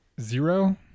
Zero